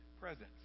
presence